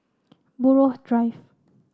Buroh Drive